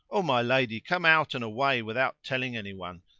o my lady come out and away without telling anyone,